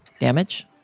damage